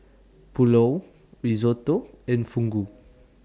Pulao Risotto and Fugu